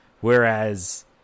whereas